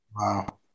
Wow